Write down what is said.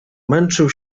męczył